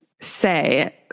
say